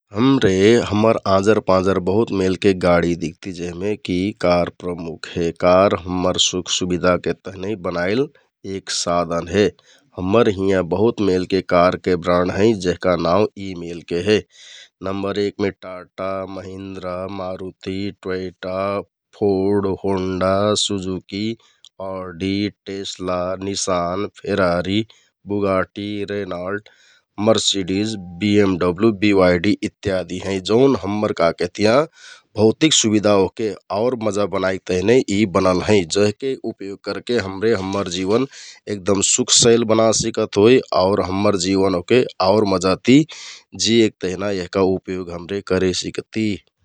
हमरे हम्मर आँजर पाँजर बहुत मेलके गाडी दिख्ति जेहमेकि कार प्रमुख हे । कार हम्मर सुख, सुबिधाके तहनि बनाइल एक साधन हे । हम्मर हियाँ बहुत मेलके कारके ब्राण्ड हैं जेहका नाउँ यि मेलके हे । नम्बर एकमे Tata, Mahindra, Maruti, Toyota, Ford, Honda, Suzuki, Audi, Tesla, Nissan, Ferrari, गुगार्टि, रेनार्ड, मर्सिडिज, बिएमडबलु, बिवाइडि इत्यादि हैं । जौन हम्मर का केहतियाँ भौतिक सुबिधा ओहके आउर मजा बनाइक तेहना यि बनल हैं । जेहके उपयोग करके हमरे हम्मर जिवन एगदम सुखसइल बना सिकत होइ आउर हम्मर जिवन ओहके आउर मजाति जियेक तेहना यहका उपयोग हमरे करेसिकति ।